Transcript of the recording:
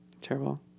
Terrible